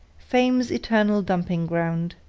fame's eternal dumping ground.